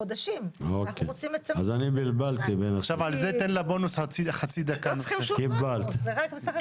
עזוב את הפריימריז בחצי שקל שלכם,